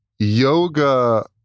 yoga